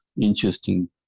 interesting